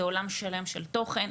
זה עולם שלם של תוכן.